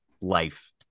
life